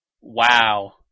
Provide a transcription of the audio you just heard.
wow